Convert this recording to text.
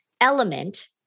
element